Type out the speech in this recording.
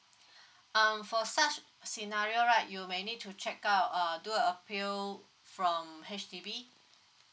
um for such scenario right you may need to check out uh do a appeal from H_D_B